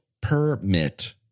permit